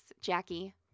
Jackie